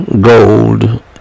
gold